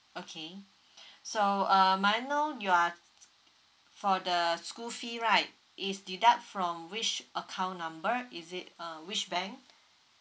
okay so uh may I know you are for the school fee right is deduct from which account number is it uh which bank